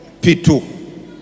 P2